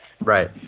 Right